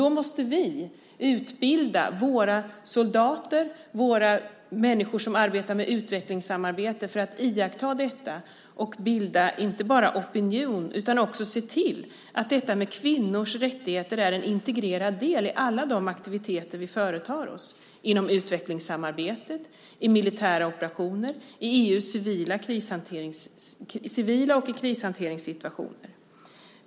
Därför måste vi utbilda våra soldater och människor som arbetar med utvecklingsstödet för att iaktta detta och inte bara bilda opinion utan också se till att kvinnors rättigheter blir en integrerad del i alla de aktiviteter vi företar oss inom utvecklingssamarbetet, i militära operationer och i EU:s civila och i krishanteringssituationer.